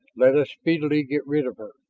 let us speedily get rid of her.